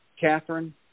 Catherine